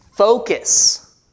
Focus